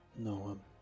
No